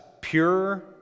pure